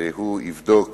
והוא יבדוק